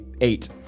eight